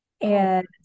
And-